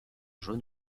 jaunes